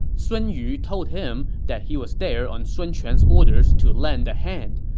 sun yu told him that he was there on sun quan's orders to lend a hand.